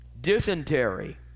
dysentery